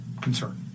concern